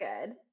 good